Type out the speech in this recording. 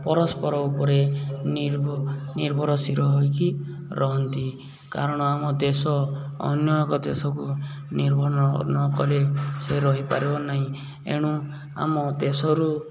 ପରସ୍ପର ଉପରେ ନିର୍ଭରଶୀର ହୋଇକି ରହନ୍ତି କାରଣ ଆମ ଦେଶ ଅନ୍ୟ ଏକ ଦେଶକୁ ନିର୍ଭର ନକଲେ ସେ ରହିପାରିବ ନାହିଁ ଏଣୁ ଆମ ଦେଶରୁ